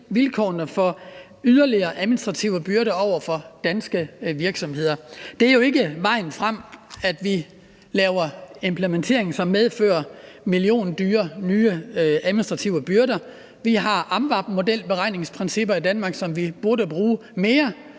på, er det med yderligere administrative byrder for danske virksomheder. Det er jo ikke vejen frem, at vi laver en implementering, som medfører milliondyre nye administrative byrder. Vi har AMVAB–modelberegningprincipper i Danmark, som vi burde bruge mere.